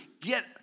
get